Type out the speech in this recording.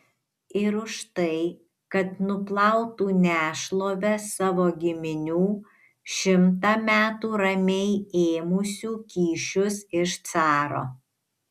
ir už tai kad nuplautų nešlovę savo giminių šimtą metų ramiai ėmusių kyšius iš caro